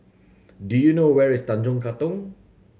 do you know where is Tanjong Katong